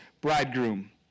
bridegroom